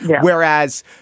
Whereas